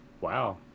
wow